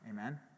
Amen